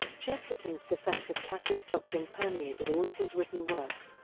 chesterton's defense of catholic doctrine permeated all of his written works,